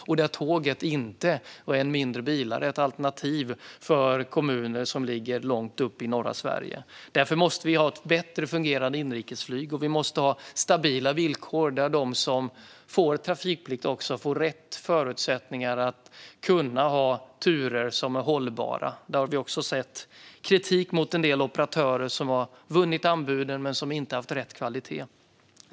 Tåget är inte ett alternativ - och än mindre är bilar ett alternativ - för kommuner som ligger långt norrut i Sverige. Därför måste vi ha ett bättre fungerande inrikesflyg, och vi måste ha stabila villkor så att de som får trafikplikt också får rätt förutsättningar att ha turer som är hållbara. Vi har sett kritik mot en del operatörer som har haft vinnande anbud men som inte har haft rätt kvalitet.